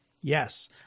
Yes